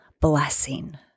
blessing